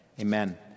amen